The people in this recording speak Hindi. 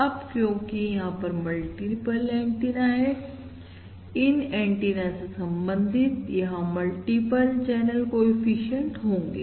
अब क्योंकि यहां पर मल्टीपल एंटीना है इन एंटीना से संबंधित यहां मल्टीपल चैनल कोएफिशिएंट होंगे